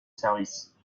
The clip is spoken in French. service